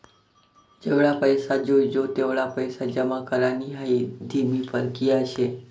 जेवढा पैसा जोयजे तेवढा पैसा जमा करानी हाई धीमी परकिया शे